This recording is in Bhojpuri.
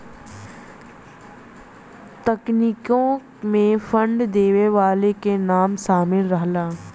तकनीकों मे फंड देवे वाले के नाम सामिल रहला